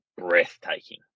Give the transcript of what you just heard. breathtaking